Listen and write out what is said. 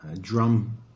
drum